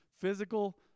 Physical